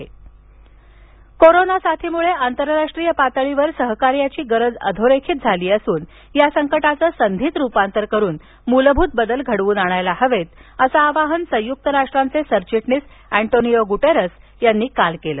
Antonio Guterres corona साथीमुळ आंतरराष्ट्रीय पातळीवरील सहकार्याची गरज अधोरेखित झाली असून या संकटाचं संधीत रुपांतर करून मूलभूत बदल घडवून आणायला हवेत असं आवाहन संयुक्त राष्ट्रांचे सरचिटणीस अँटोनिओ गूटेरेस यांनी काल केलं